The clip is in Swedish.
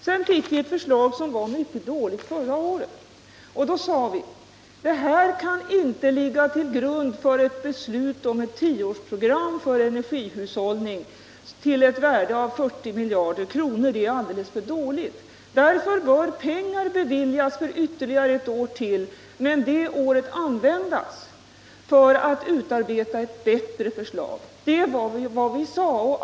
Sedan fick vi förra året ett förslag från regeringen som var mycket dåligt. Då sade vi: Det här kan inte ligga till grund för ett beslut om ett tioårsprogram för energihushållning till ett värde av 40 miljarder kronor — det är alldeles för dåligt. Därför föreslog vi att pengar skulle beviljas för ytterligare ett år men det året användas för att utarbeta ett bättre förslag. Detta var vad vi sade.